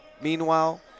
Meanwhile